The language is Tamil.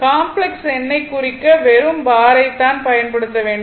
காம்ப்ளக்ஸ் எண்ணைக் குறிக்க வெறும் பாரை பயன்படுத்தவும்